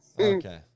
Okay